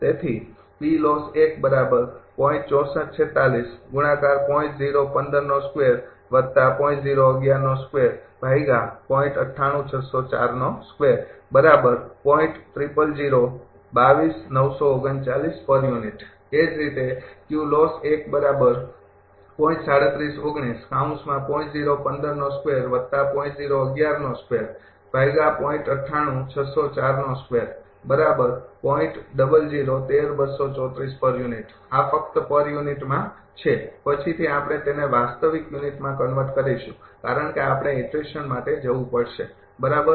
તેથી એ જ રીતે આ ફકત પર યુનિટમાં છે પછીથી આપણે તેને વાસ્તવિક યુનિટમાં કન્વર્ટ કરીશું કારણ કે આપણે ઇટરેશન માટે જવું પડશે બરાબર